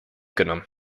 genommen